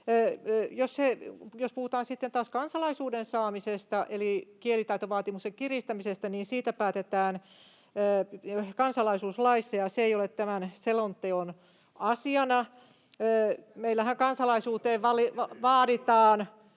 sitten taas kansalaisuuden saamisesta, eli kielitaitovaatimusten kiristämisestä, niin siitä päätetään kansalaisuuslaissa, ja se ei ole tämän selonteon asiana. [Välihuutoja